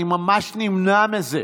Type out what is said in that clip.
אני ממש נמנע מזה.